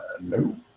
No